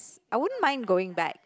I won't mind going back